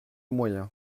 moyen